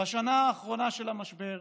בשנה האחרונה של המשבר,